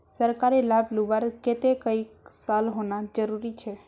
सरकारी लाभ लुबार केते कई साल होना जरूरी छे?